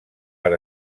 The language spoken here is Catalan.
per